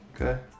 Okay